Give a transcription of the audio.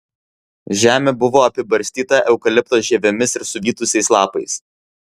žemė buvo apibarstyta eukalipto žievėmis ir suvytusiais lapais